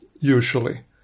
usually